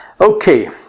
Okay